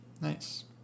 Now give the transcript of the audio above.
Nice